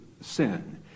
sin